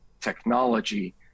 technology